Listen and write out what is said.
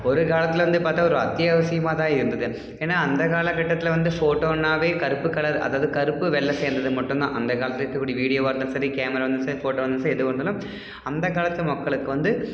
ஒரு காலத்தில் வந்து பார்த்த ஒரு அத்தியாவசியமாக தான் இருந்தது ஏன்னா அந்த காலகட்டத்தில் வந்து ஃபோட்டோன்னாலே கருப்புக் கலர் அதாவது கருப்பு வெள்ளை சேர்ந்தது மட்டும் தான் அந்தக் காலத்தில் இருக்கக்கூடிய வீடியோவாக இருந்தாலும் சரி கேமராவாக இருந்தாலும் சரி ஃபோட்டோவாக இருந்தாலும் சரி எதுவாக இருந்தாலும் அந்தக் காலத்து மக்களுக்கு வந்து